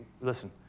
listen